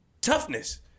toughness